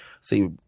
See